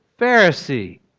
Pharisee